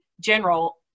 general